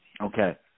Okay